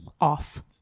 off